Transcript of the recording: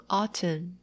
autumn